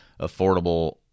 affordable